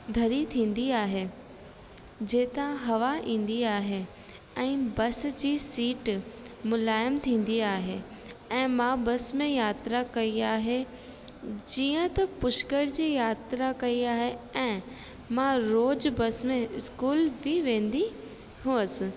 दरी थींदी आहे जंहिं था हवा ईंदी आहे ऐं बस जी सीट मुलायम थींदी आहे ऐं मां बस में यात्रा कई आहे जीअं त पुष्कर जी यात्रा कई आहे ऐं मां रोजु बस में स्कूल बि वेंदी हुअसि